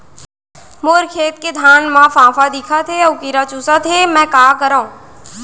मोर खेत के धान मा फ़ांफां दिखत हे अऊ कीरा चुसत हे मैं का करंव?